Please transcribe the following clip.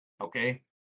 Okay